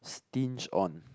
stinge on